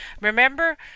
remember